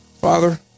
father